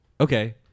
okay